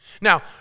Now